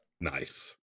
nice